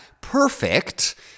perfect